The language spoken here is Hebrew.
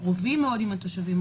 קרובים מאוד עם התושבים,